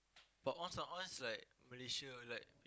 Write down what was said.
but once uh once like Malaysia like